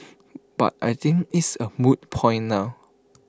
but I think it's A moot point now